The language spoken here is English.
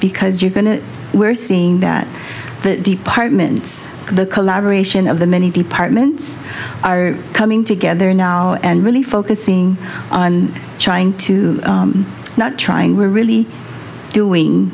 because you're going to we're seeing that the departments the collaboration of the many departments are coming together now and really focusing on trying to not trying we're really doing